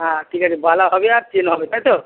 হ্যাঁ ঠিক আছে বালা হবে আর চেন হবে তাই তো